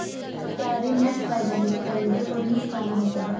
क्या ऋण न चुकाए जाने पर गरेंटर को ऋण चुकाना होता है?